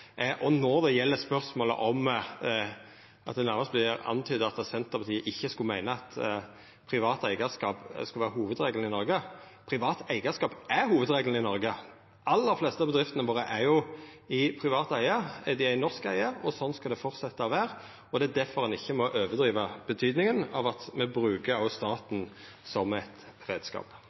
Og når det nærmast vert antyda at Senterpartiet ikkje skulle meina at privat eigarskap var hovudregelen i Noreg – privat eigarskap er hovudregelen i Noreg! Dei aller fleste bedriftene våre er jo i privat eige. Dei er i norsk eige, og sånn skal det fortsetja å vera. Det er difor ein ikkje må overdriva betydninga av at me òg brukar staten som reiskap. Nettopp det at vi kan benytte staten som